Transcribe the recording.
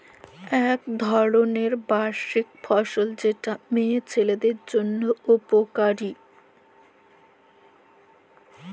ইক ধরলের বার্ষিক ফসল যেট মিয়া ছিলাদের জ্যনহে উপকারি